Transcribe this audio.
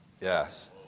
yes